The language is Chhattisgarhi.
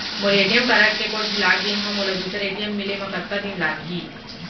मोर ए.टी.एम कारड के कोड भुला गे हव, मोला दूसर ए.टी.एम मिले म कतका दिन लागही?